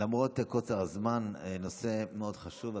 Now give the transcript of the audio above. למרות קוצר הזמן, נושא מאוד חשוב.